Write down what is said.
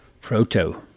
Proto